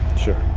sure.